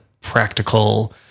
practical